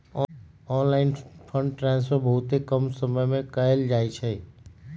online fund transfer बहुते कम समय में कएल जाइ छइ